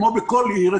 כמו בכל עיר,